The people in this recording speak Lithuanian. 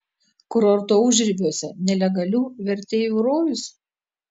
kurorto užribiuose nelegalių verteivų rojus